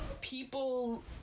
people